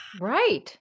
Right